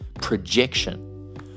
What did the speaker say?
projection